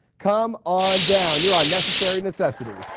come on down. you're on necessary necessities.